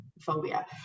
phobia